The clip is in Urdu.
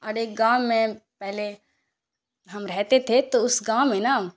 اور ایک گاؤں میں پہلے ہم رہتے تھے تو اس گاؤں میں نا